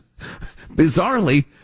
Bizarrely